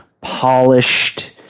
polished